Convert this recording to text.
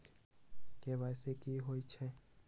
KYC कि होई छई?